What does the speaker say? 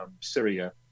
Syria